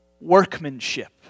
Workmanship